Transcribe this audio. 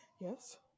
Yes